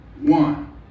one